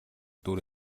дүр